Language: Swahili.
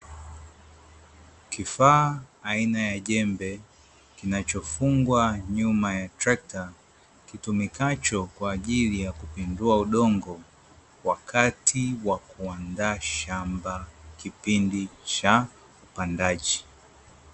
Kifaa aina ya jembe kinacho fungwa nyuma ya trekta, kitumikacho kwa ajili ya kupindua udongo wakati wa kuandaa shamba kipindi cha upandaji.